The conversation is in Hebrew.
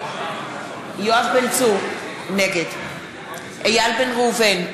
נגד איל בן ראובן,